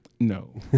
no